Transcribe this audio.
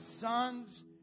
sons